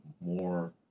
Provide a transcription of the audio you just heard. more